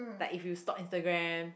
like if you stalk Instagram